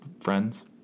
Friends